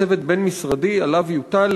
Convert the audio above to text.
צוות בין-משרדי בהשתתפות נציגי משרד התחבורה,